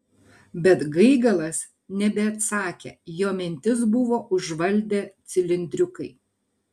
bet gaigalas nebeatsakė jo mintis buvo užvaldę cilindriukai